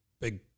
big